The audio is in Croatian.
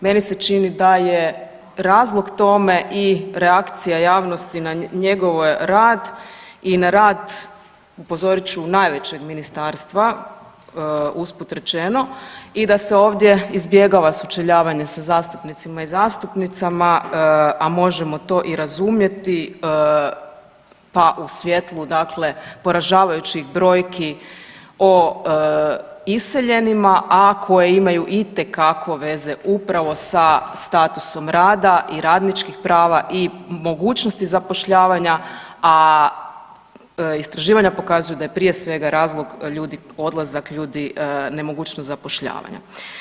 Meni se čini da je razlog tome i reakcija javnosti na njegov rad i na rad upozorit ću najvećeg ministarstva usput rečeno i da se ovdje izbjegava sučeljavanje sa zastupnicima i zastupnicama, a možemo to i razumjeti pa u svjetlu dakle poražavajući brojki o iseljenima, a koje imaju itekako veze upravo sa statusom rada i radničkih prava i mogućnosti zapošljavanja, a istraživanja pokazuju da je prije svega razlog ljudi, odlazak ljudi nemogućnost zapošljavanja.